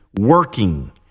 working